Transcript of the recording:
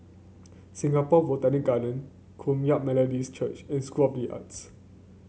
Singapore Botanic Garden Kum Yan Methodist Church and School of the Arts